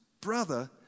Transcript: brother